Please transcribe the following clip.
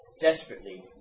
desperately